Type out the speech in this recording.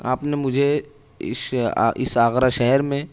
آپ نے مجھے اش اس آگرا شہر میں